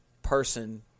person